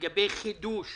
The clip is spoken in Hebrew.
לגבי חידוש